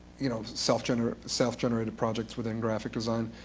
you know, self-generated self-generated projects within graphic design.